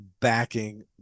backing